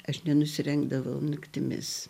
aš nenusirengdavau naktimis